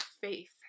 faith